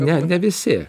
ne ne visi